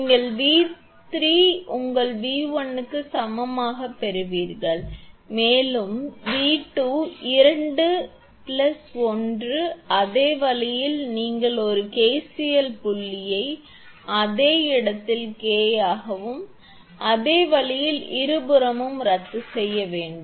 நீங்கள் 𝑉3 உங்கள் 𝑉1𝐾 க்குச் சமமாகப் பெறுவீர்கள் மேலும் 𝑉2 இண்டு 1 பிளஸ் அதே வழியில் நீங்கள் ஒரு KCL புள்ளியை அதே இடத்தில் K அதே வழியில் இருபுறமும் ரத்து செய்யப்படும்